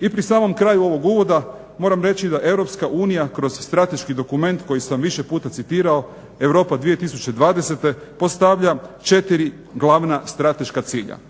I pri samom kraju ovog uvoda moram reći da Europska unija kroz strateški dokument koji sam više puta citirao Europa 2020. postavlja četiri glavna strateška cilja.